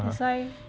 that's why